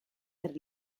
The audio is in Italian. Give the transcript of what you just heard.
per